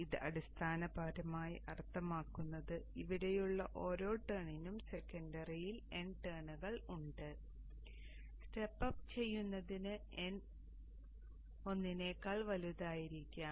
ഇത് അടിസ്ഥാനപരമായി അർത്ഥമാക്കുന്നത് ഇവിടെയുള്ള ഓരോ 1 ടേണിനും സെക്കന്ററിയിൽ n ടേണുകൾ ഉണ്ട് സ്റ്റെപ്പ് അപ്പ് ചെയ്യുന്നതിന് n 1 നേക്കാൾ വലുതായിരിക്കാം